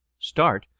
start,